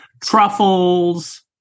truffles